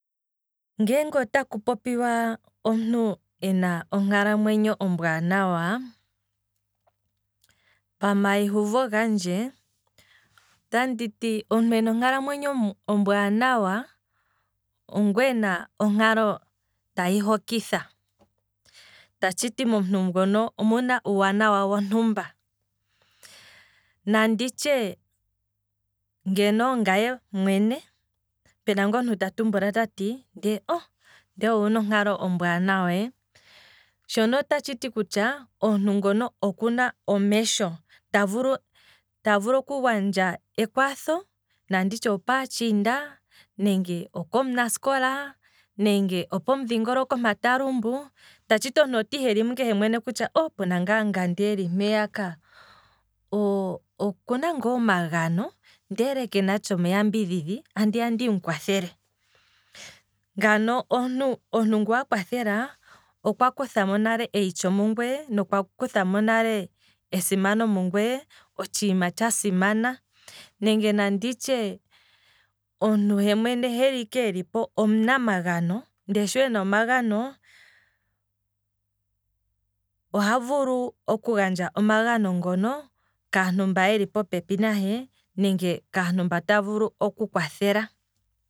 Ngeenge otaku popiwa omuntu ena onkalamwenyo ombwaanawa pama yi yuvo gandje otanditi, omuntu ena onkalamwenyo ombwaanawa ongu ena onkalo tayi hokitha, ta tshiti momuntu ngono ena uuwanawa wontumba, nanditye nande pamwe ongaye, pena ngaa omuntu ta tumbula kutya ndee owuna onkalo ombwaanawa ee, shono ota tshiti kutya omuntu ngono okuna omesho, ta vulu, ta vulu okugandja ekwatho, nanditye opaatshinda, nenge okomunasikola, nenge opomudhingoloko mpa talumbu, ta tshiti omuntu o tiihilemo ike kutya, pena ngaa omunasikola nande eli mpeya ka, okuna ngaa omagano, ndelekenatsha omuyambidhidhi, andiya ndimu kwathele. ngano omuntu, omuntu ngu wa kwathela okwa kuthamo nale eyityo mungweye nokwa kuthamo nale esimano mungweye, otshiima tsha simana, nenge nanditye omuntu hemwene sho elipo omu namagano maala sho ena omagano, oha vulu oku gandja omaganono ngono kaantu mba yeli po pepi nahe nenge kaantu mba ta vulu oku kwathela